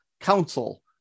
council